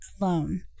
alone